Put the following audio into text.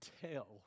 tell